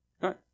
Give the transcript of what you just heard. right